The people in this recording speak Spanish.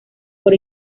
por